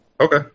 Okay